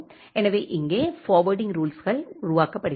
எனவே இங்கே ஃபார்வேர்ட்டிங் ரூல்ஸுகள் உருவாக்கப்படுகின்றன